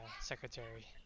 secretary